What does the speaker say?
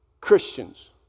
Christians